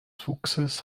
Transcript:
fuchses